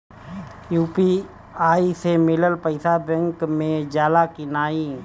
UPI से मिलल पईसा बैंक मे जाला की नाहीं?